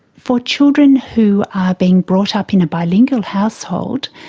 for children who are being brought up in a bilingual household,